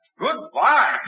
Goodbye